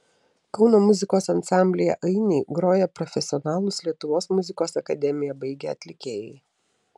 kauno muzikos ansamblyje ainiai groja profesionalūs lietuvos muzikos akademiją baigę atlikėjai